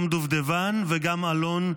גם דובדבן וגם אלון,